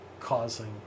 causing